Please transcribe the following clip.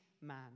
man